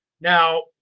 now